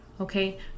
okay